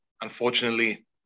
unfortunately